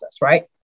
right